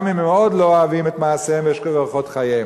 גם אם הם מאוד לא אוהבים את מעשיהם ואת אורחות חייהם.